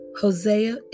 Hosea